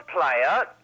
player